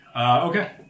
Okay